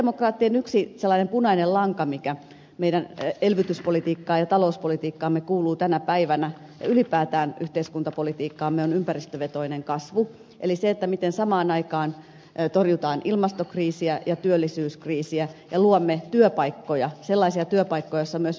sosialidemokraattien yksi sellainen punainen lanka mikä meidän elvytyspolitiikkaamme ja talouspolitiikkaamme kuuluu tänä päivänä ja ylipäätään yhteiskuntapolitiikkaamme on ympäristövetoinen kasvu eli se miten samaan aikaan torjutaan ilmastokriisiä ja työllisyyskriisiä ja luomme sellaisia työpaikkoja joista myös ympäristö kiittää